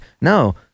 no